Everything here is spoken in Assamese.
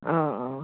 অঁ অঁ